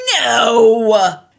No